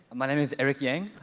my name is eric yang.